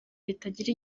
ritagira